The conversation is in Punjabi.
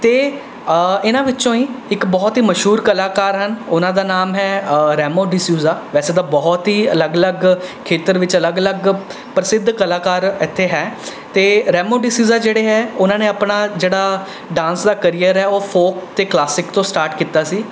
ਅਤੇ ਇਹਨਾਂ ਵਿੱਚੋਂ ਹੀ ਇੱਕ ਬਹੁਤ ਹੀ ਮਸ਼ਹੂਰ ਕਲਾਕਾਰ ਹਨ ਉਹਨਾਂ ਦਾ ਨਾਮ ਹੈ ਰੈਮੋ ਡਿਸਊਜਾ ਵੈਸੇ ਤਾਂ ਬਹੁਤ ਹੀ ਅਲੱਗ ਅਲੱਗ ਖੇਤਰ ਵਿੱਚ ਅਲੱਗ ਅਲੱਗ ਪ੍ਰਸਿੱਧ ਕਲਾਕਾਰ ਇੱਥੇ ਹੈ ਅਤੇ ਰੈਮੋ ਡਿਸਊਜਾ ਜਿਹੜੇ ਹੈ ਉਹਨਾਂ ਨੇ ਆਪਣਾ ਜਿਹੜਾ ਡਾਂਸ ਦਾ ਕਰੀਅਰ ਹੈ ਉਹ ਫੋਲਕ ਅਤੇ ਕਲਾਸਿਕ ਤੋਂ ਸਟਾਰਟ ਕੀਤਾ ਸੀ